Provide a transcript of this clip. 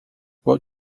what